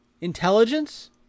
intelligence